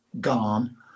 gone